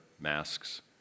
Masks